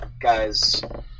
guys